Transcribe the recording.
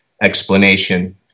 explanation